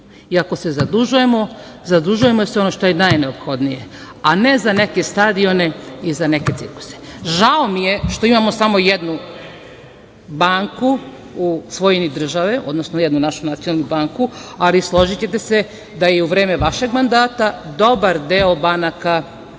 I ako se zadužujemo, zadužujemo se za ono što je najneophodnije, a ne za neke stadione i za neke cirkuse. Žao mi je što imamo samo jednu banku u svojini države, odnosno jednu našu nacionalnu banku, ali složićete se da je i u vreme vašeg mandata dobar deo banaka